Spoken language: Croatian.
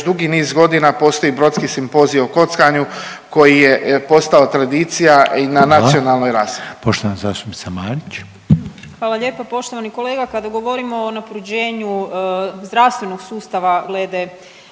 dugi niz godina postoji Brodski simpozij o kockanju koji je postao tradicija i na nacionalnoj razini.